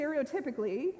stereotypically